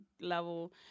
level